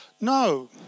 No